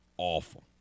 awful